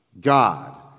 God